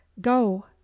go